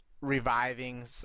Reviving